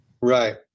Right